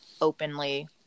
openly